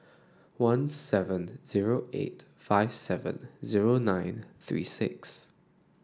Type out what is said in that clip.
one seven zero eight five seven zero nine three six